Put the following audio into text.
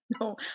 No